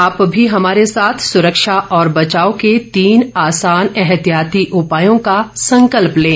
आप भी हमारे साथ सुरक्षा और बचाव के तीन आसान एहतियाती उपायों का संकल्प लें